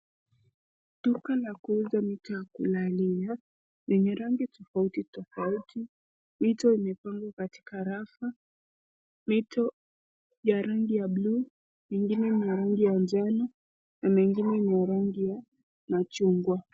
Duka la kuuza mito ya kulalia, yenye rangi tofauti tofauti. Mito imepangwa katika rafu. Mito ya rangi ya bluu, mengine ni rangi ya njano, na mengine ni ya rangi ya machungwa.